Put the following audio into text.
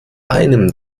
einem